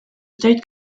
state